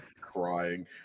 crying